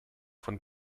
von